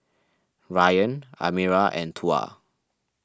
Ryan Amirah and Tuah